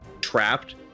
trapped